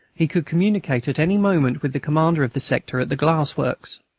he could communicate at any moment with the commander of the sector at the glass-works.